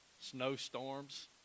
snowstorms